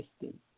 system